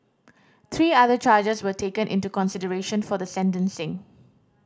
three other charges were taken into consideration for the sentencing